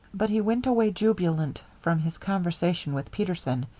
but he went away jubilant from his conversation with peterson,